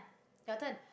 your turn